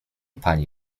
pani